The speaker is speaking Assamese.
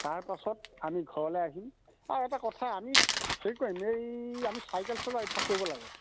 তাৰপাছত আমি ঘৰলৈ আহিম আৰু এটা কথা আমি হেৰি কৰিম এই আমি চাইকেল চলোৱাৰ অভ্যাস কৰিব লাগে